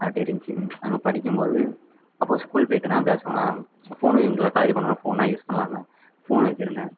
அப்படி இருந்துச்சி அங்கே படிக்கும்போது அப்புறம் ஸ்கூல் பிள்ளைகள்கிட்டலாம் பேசுவேனால் ஃபோனு இங்கெல்லாம் காலேஜி போனோன்னே ஃபோனெல்லாம் யூஸ் பண்ணலால்ல ஃபோன் வச்சுருந்தேன்